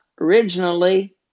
originally